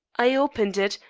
i opened it,